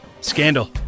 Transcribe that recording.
Scandal